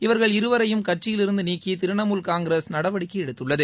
இவர்கள் இருவரையும் கட்சியிலிருந்து நீக்கி திரணமூல் காங்கிரஸ் நடவடிக்கை எடுத்துள்ளது